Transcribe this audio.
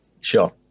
Sure